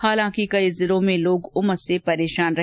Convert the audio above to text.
हालांकि कई जिलों में लोग उमस से परेशान रहे